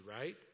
right